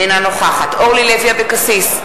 אינה נוכחת אורלי לוי אבקסיס,